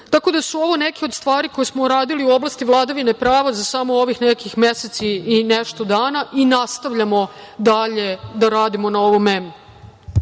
radimo. Ovo su neke od stvari koje smo uradili u oblasti vladavine prava za samo ovih nekih mesec i nešto dana i nastavljamo dalje da radimo na ovome